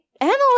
Emily